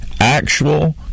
actual